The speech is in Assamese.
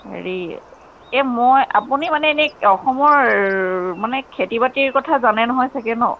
হেৰি এই মই আপুনি মানে এনে অসমৰ মানে খেতি বাতিৰ কথা জানে নহয় চাগে ন'